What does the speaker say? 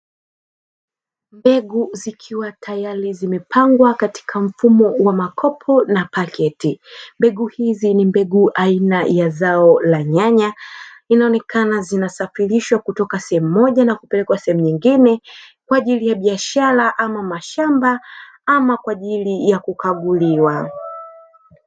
Mbegu ziikiwa tayari zimepangwa katika mfumo wa makopo na paketi mbegu hizi ni mbegu aina ya zao la nyanya, inaonekana zinasafirishwa kutoka sehemu moja na kwenda sehemu nyingine kwa ajili ya biashara ama mashamba ama kwajili ya kukaguliwa.